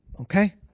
Okay